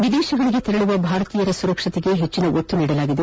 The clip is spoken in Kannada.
ವಿದೇಶಕ್ಕೆ ತೆರಳುವ ಭಾರತೀಯರ ಸುರಕ್ಷತೆಗೆ ಹೆಜ್ಜಿನ ಒತ್ತು ನೀಡಲಾಗಿದೆ